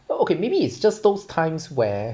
oh okay maybe it's just those times where